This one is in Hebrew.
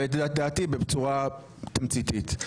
ואת דעתי בצורה תמציתית.